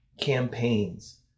campaigns